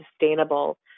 sustainable